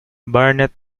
barnet